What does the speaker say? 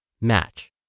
match